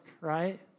right